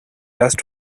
last